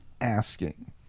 asking